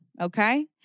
Okay